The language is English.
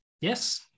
Yes